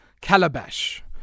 calabash